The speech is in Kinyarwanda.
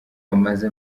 bamaze